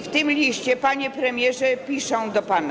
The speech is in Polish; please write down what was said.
W tym liście, panie premierze, piszą do pana.